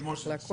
מי נמנע?